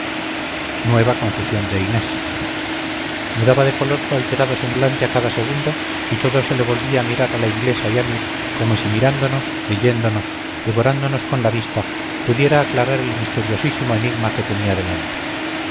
nueva confusión de inés mudaba de color su alterado semblante a cada segundo y todo se le volvía mirar a la inglesa y a mí como si mirándonos leyéndonos devorándonos con la vista pudiera aclarar el misteriosísimo enigma que tenía delante